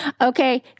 Okay